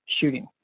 shooting